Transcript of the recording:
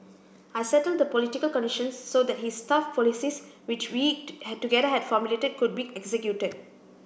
I settled the political conditions so that his tough policies which we together had formulated could be executed